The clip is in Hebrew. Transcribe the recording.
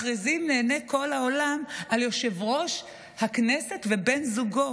מכריזים לעיני כל העולם על יו"ר הכנסת ובן זוגו,